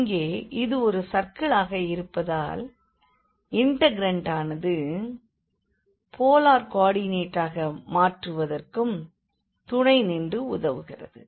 இங்கே இது ஒரு சர்க்கிளாக இருப்பதால் இண்டெக்ரண்டானது போலார் கோ ஆர்டினேட்டாக மாற்றுவதற்கும் துணை நின்று உதவுகிறது